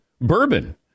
Bourbon